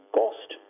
cost